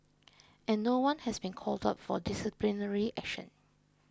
and no one has been called up for disciplinary action